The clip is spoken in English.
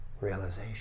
realization